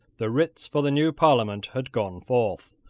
the writs for the new parliament had gone forth,